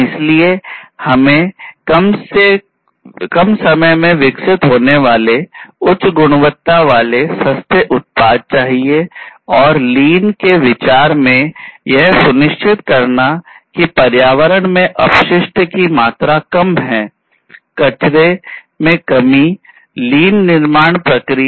इसलिए हमें कम समय में विकसित होने वाले उच्च गुणवत्ता वाले सस्ते उत्पाद चाहिए